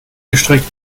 gestrickt